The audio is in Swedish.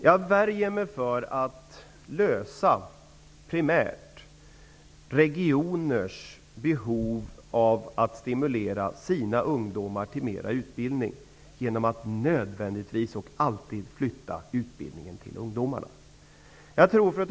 Jag värjer mig för att primärt lösa regioners behov av att stimulera deras ungdomar till mer utbildning genom att nödvändigtvis alltid flytta utbildningen till ungdomarna. Fru talman!